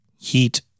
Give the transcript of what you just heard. heat